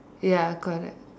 ya correct